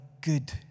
good